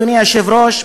אדוני היושב-ראש,